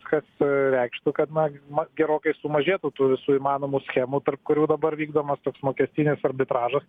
kas reikštų kad na gerokai sumažėtų tų visų įmanomų schemų tarp kurių dabar vykdomas toks mokestinis arbitražas